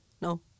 no